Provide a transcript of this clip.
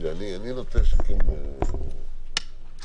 אני נוטה שכן ---.